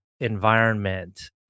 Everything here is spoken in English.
environment